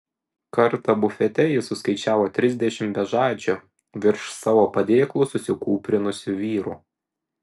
kartą bufete jis suskaičiavo trisdešimt bežadžių virš savo padėklų susikūprinusių vyrų